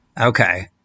Okay